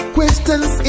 Questions